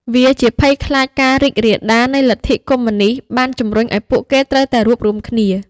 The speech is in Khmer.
វាជាភ័យខ្លាចការរីករាលដាលនៃលទ្ធិកុម្មុយនីស្តបានជំរុញឱ្យពួកគេត្រូវតែរួបរួមគ្នា ។